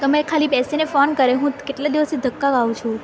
તમે ખાલી બેસીને ફોન કરે હું કેટલા દિવસથી ધક્કા ખાઉં છું